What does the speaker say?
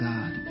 God